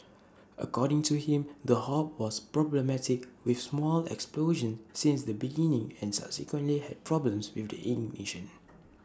according to him the hob was problematic with small explosions since the beginning and subsequently had problems with the ignition